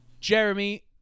Jeremy